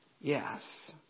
Yes